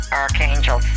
archangel